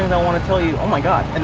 and i wanna tell you. oh my god.